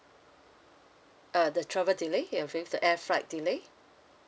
uh the travel delay if it the air flight delay